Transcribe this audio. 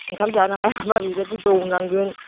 ओंखाम जानो हायाब्ला बेबायदिनो दौनांगोन